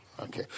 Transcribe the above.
Okay